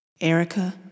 Erica